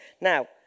Now